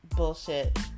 bullshit